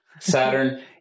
Saturn